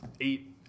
eight